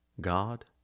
God